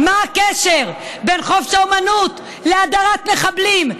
מה הקשר בין חופש האומנות להאדרת מחבלים?